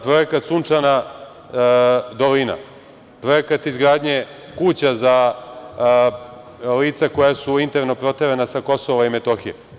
Projekat „sunčana dolina“, projekat izgradnje kuća za lica koja su interno proterana sa KiM.